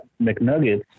McNuggets